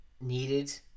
needed